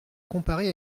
comparer